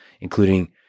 including